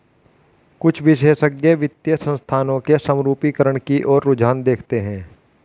कुछ विशेषज्ञ वित्तीय संस्थानों के समरूपीकरण की ओर रुझान देखते हैं